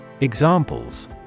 Examples